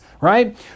right